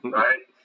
right